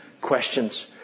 questions